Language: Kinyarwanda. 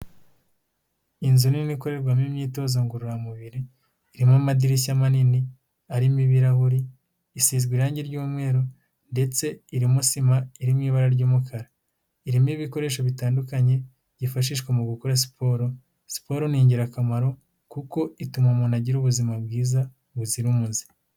Inzu nini ikorerwamo imyitozo ngororamubiri, irimo amadirishya manini arimo ibirahuri, isizwe irangi ry'umweru ndetse irimo sima iri mu ibara ry'umukara. Irimo ibikoresho bitandukanye, byifashishwa mu gukora siporo, siporo ni ingirakamaro kuko ituma umuntu agira ubuzima bwiza buzira umuze.